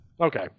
Okay